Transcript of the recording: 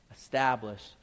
establish